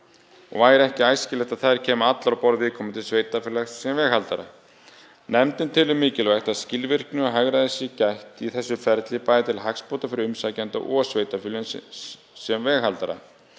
og væri ekki æskilegt að þær kæmu allar á borð viðkomandi sveitarfélags sem veghaldara. Nefndin telur mikilvægt að skilvirkni og hagræðis sé gætt í þessu ferli bæði til hagsbóta fyrir umsækjanda og sveitarfélögin sem veghaldara.